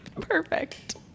Perfect